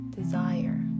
desire